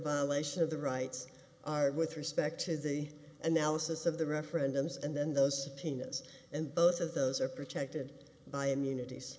violation of the rights are with respect to the analysis of the referendums and then those pinas and both of those are protected by immunities